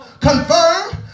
confirm